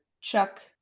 Chuck